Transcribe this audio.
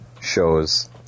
shows